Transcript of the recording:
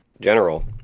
general